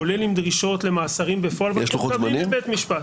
כולל עם דרישות למאסרים בפועל --- בבית משפט.